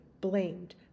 blamed